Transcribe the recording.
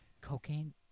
cocaine